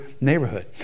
neighborhood